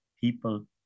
people